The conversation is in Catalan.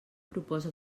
proposa